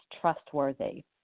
trustworthy